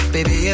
Baby